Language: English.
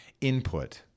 input